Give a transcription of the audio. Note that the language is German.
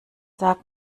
sag